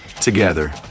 together